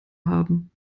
haben